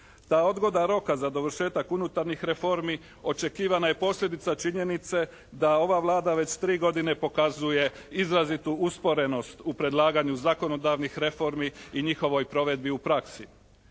Ta odgoda roka za dovršetak unutarnjih reformi očekivana je posljedica činjenice da ova Vlada već tri godine pokazuje izrazitu usporenost u predlaganju zakonodavnih reformi i njihovoj provedbi u praksi.